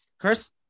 Chris